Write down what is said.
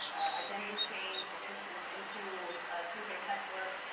identity change, entrance into street-based sex work,